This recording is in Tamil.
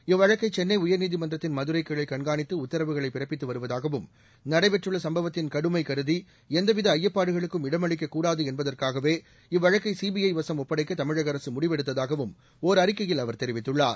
இவ்வழக்கை சென்னை உயர்நீதிமன்றத்தின் மதுரைக் கிளை கண்காணித்து உத்தரவுகளை பிறப்பித்து வருவதாகவும் நடைபெற்றுள்ள சம்பவத்தின் கடுமை கருதி எந்தவித ஐயப்பாடுகளுக்கும் இடமளிக்கக்கூடாது என்பதற்காகவே இவ்வழக்கை சிபிற வசம் ஒப்படைக்க தமிழக அரசு முடிவெடுத்ததாகவும் ஒர் அறிக்கையில் அவர் தெரிவித்துள்ளார்